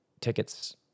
tickets